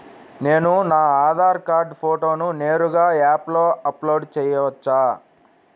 నేను నా ఆధార్ కార్డ్ ఫోటోను నేరుగా యాప్లో అప్లోడ్ చేయవచ్చా?